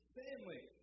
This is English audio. family